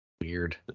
Weird